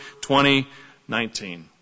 2019